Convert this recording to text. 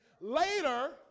Later